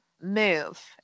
move